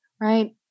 right